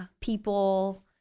people